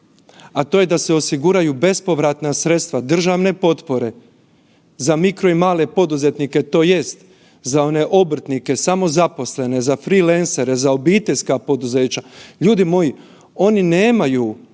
a to je da se osiguraju bespovratna sredstva državne potpore za mikro i male poduzetnike tj. za one obrtnike samozaposlene, za freeleancere, za obiteljska poduzeća, ljudi moji oni nemaju